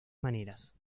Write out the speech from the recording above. maneras